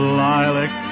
lilac